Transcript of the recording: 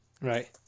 Right